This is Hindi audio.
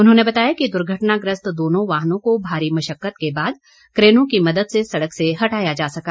उन्होंने बताया कि दुर्घटनाप्रस्त दोनों वाहनों को भारी मशक्कत के बाद क्रेनो की मदद से सड़क से हटाया जा सका